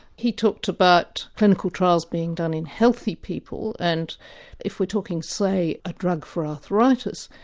he talked about clinical trials being done in healthy people and if we're talking say a drug for arthritis,